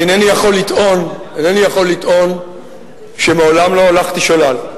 אני אינני יכול לטעון שמעולם לא הולכתי שולל,